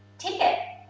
ticket,